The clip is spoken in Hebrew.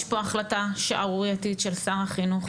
יש פה החלטה שערורייתית של שר החינוך,